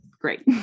great